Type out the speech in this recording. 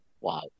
Wow